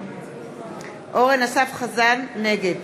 נגד